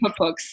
cookbooks